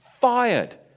fired